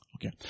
Okay